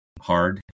hard